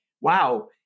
wow